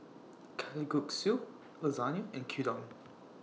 Kalguksu Lasagna and Gyudon